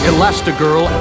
Elastigirl